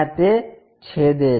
તે છેદે છે